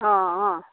অঁ অঁ